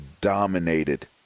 dominated